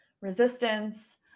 resistance